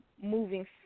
moving